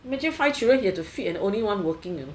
imagine five children he had to feed and only one working ah